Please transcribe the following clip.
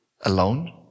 alone